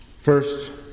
First